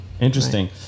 Interesting